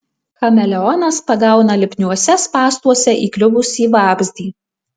chameleonas pagauna lipniuose spąstuose įkliuvusį vabzdį